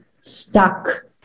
stuck